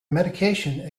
medication